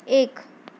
एक